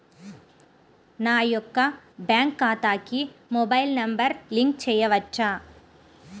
నా యొక్క బ్యాంక్ ఖాతాకి మొబైల్ నంబర్ లింక్ చేయవచ్చా?